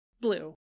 Blue